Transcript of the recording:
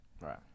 Right